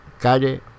Calle